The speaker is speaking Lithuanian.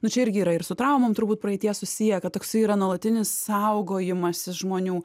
nu čia irgi yra ir su traumom turbūt praeityje susiję kad toksai yra nuolatinis saugojimasis žmonių